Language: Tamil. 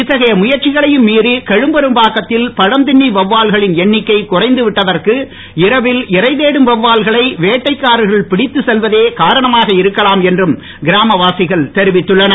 இத்தகைய முயற்சிகளையும் மீறி கழுப்பெரும்பாக்கத்தில் பழம்தின்னி வவ்வால்களின் எண்ணிக்கை குறைந்து விட்டதற்கு இரவில் இரை தேடும் வவ்வால்களை வேட்டைக்காரர்கள் பிடித்துச் செல்வதே காரணமாக இருக்கலாம் என்றும் கிராமவாசிகள் தெரிவித்துள்ளனர்